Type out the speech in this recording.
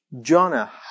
Jonah